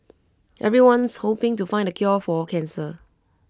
everyone's hoping to find the cure for cancer